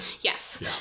Yes